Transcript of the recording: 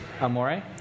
Amore